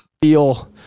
feel